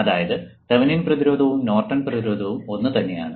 അതായത് തെവെനിൻ പ്രതിരോധവും നോർട്ടൺ പ്രതിരോധവും ഒന്നുതന്നെയാണ്